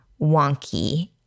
wonky